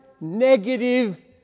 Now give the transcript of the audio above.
negative